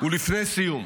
ולפני סיום,